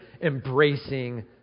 embracing